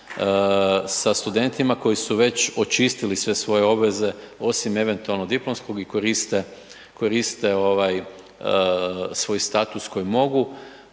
sa studentima koji su već očistili sve svoje obveze, osim eventualno diplomskog i koriste svoj status koji mogu,